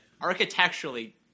architecturally